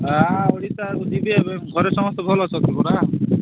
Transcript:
ଏ ଆହୁରି ଚାରି ଯିବି ଏବେ ଘରେ ସମସ୍ତେ ଭଲ ଅଛନ୍ତି ପରା